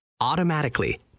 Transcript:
automatically